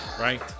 right